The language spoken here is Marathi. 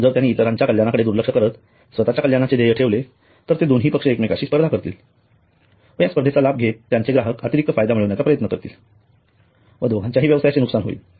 जर त्यांनी इतरांच्या कल्याणकडे दुर्लक्ष करत स्वतच्या कल्याणाचे ध्येय ठेवले तर ते दोन्ही पक्ष एकमेकांशी स्पर्धा करतील व या स्पर्धेचा लाभ घेत त्यांचे ग्राहक अतिरिक्त फायदा मिळविण्याचा प्रयत्न करतील व दोघांच्याही व्यवसायाचे नुकसान होईल